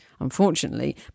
Unfortunately